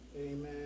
Amen